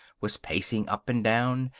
was pacing up and down,